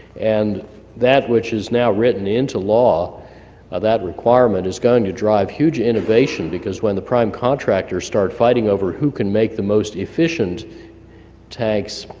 and that which is now written into law ah that requirement is going to drive huge innovation because when the prime contractors start fighting over who can make the most efficient tanks,